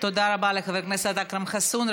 תודה רבה לחבר הכנסת אכרם חסון.